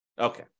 Okay